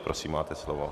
Prosím, máte slovo.